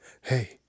Hey